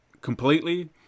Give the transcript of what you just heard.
completely